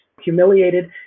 humiliated